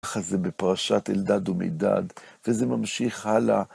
ככה זה בפרשת אלדד ומידד, וזה ממשיך הלאה.